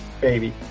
baby